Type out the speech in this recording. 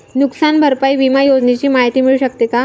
नुकसान भरपाई विमा योजनेची माहिती मिळू शकते का?